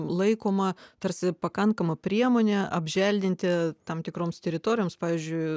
laikoma tarsi pakankama priemone apželdinti tam tikroms teritorijoms pavyzdžiui